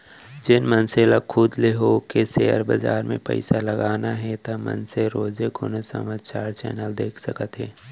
जेन मनसे ल खुद ले होके सेयर बजार म पइसा लगाना हे ता मनसे रोजे कोनो समाचार चैनल देख सकत हे